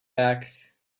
back